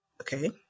okay